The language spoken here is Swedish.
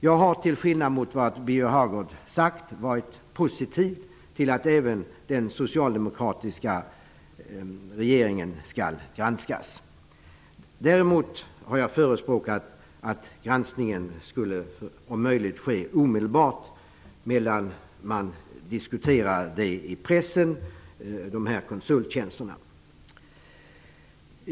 Jag har, till skillnad mot vad Birger Hagård har sagt, varit positiv till att även den socialdemokratiska regeringen skall granskas. Däremot har jag förespråkat att granskning om möjligt skall ske omedelbart, medan man diskuterar dessa konsulttjänster i pressen.